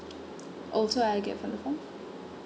oh so I had to get from the form